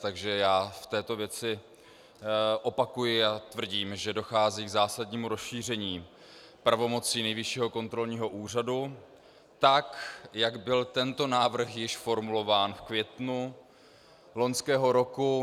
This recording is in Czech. Takže já v této věci opakuji a tvrdím, že dochází k zásadnímu rozšíření pravomocí Nejvyššího kontrolního úřadu tak, jak byl tento návrh již formulován v květnu loňského roku.